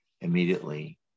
immediately